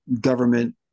government